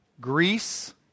Greece